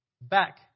back